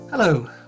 Hello